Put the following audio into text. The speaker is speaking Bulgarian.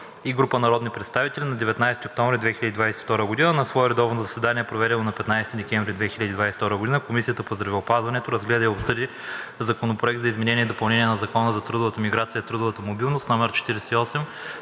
и група народни представители на 19 октомври 2022 г. На свое редовно заседание, проведено на 15 декември 2022 г., Комисията по здравеопазването разгледа и обсъди Законопроект за изменение и допълнение на Закона за трудовата миграция и трудовата мобилност, №